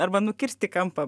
arba nukirsti kampą